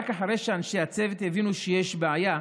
רק אחרי שאנשי הצוות הבינו שיש בעיה,